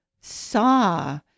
saw